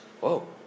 Whoa